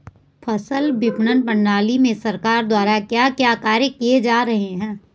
फसल विपणन प्रणाली में सरकार द्वारा क्या क्या कार्य किए जा रहे हैं?